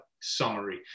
summary